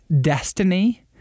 destiny